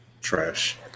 Trash